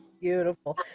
Beautiful